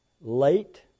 late